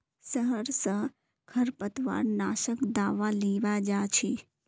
शहर स खरपतवार नाशक दावा लीबा जा छि